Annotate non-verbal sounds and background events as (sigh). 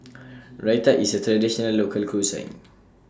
(noise) Raita IS A Traditional Local Cuisine